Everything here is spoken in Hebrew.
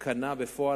קנה בפועל,